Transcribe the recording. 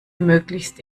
möglichst